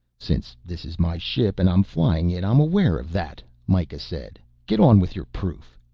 since this is my ship and i'm flying it i'm aware of that, mikah said. get on with your proof.